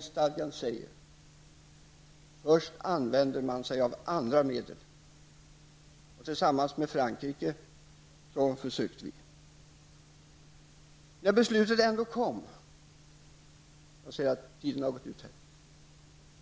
stadgan säger: Först använder man sig av andra medel. Tillsammans med Frankrike försökte vi nå detta.